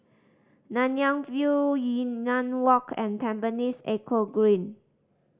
Nanyang View Yunnan Walk and Tampines Eco Green